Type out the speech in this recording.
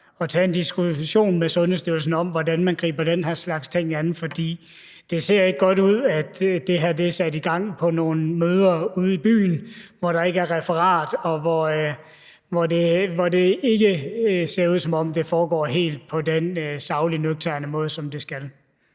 at tage en diskussion med Sundhedsstyrelsen om, hvordan man griber den her slags ting an, for det ser ikke godt ud, at det her er sat i gang på nogle møder ude i byen, hvor der ikke er referat fra, og hvor det ikke ser ud, som om det helt er foregået på den saglige og nøgterne måde, som det skal.